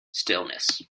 stillness